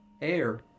Air